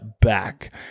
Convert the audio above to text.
back